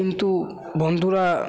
কিন্তু বন্ধুরা